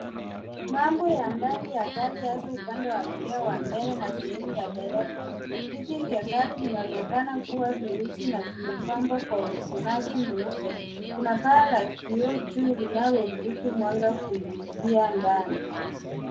Mambo ya ndani ya gari, hasa upande wa abiria wa mbele na sehemu ya dereva. Viti vya gari vinaonekana kuwa vieusi na vimepambwa kwa uchoraji mweupe. Kuna paa la kioo juu linaloruhusu mwanga kuingia ndani.